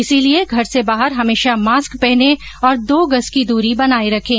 इसीलिए घर से बाहर हमेशा मास्क पहने और दो गज की दूरी बनाए रखें